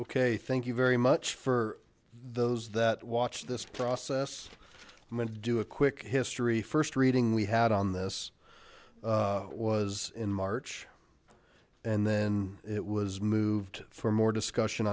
ok thank you very much for those that watch this process and do a quick history first reading we had on this was in march and then it was moved for more discussion